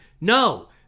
No